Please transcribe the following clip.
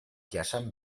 jasan